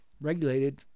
regulated